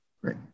Great